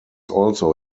also